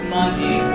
money